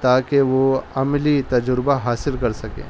تاکہ وہ عملی تجربہ حاصل کر سکیں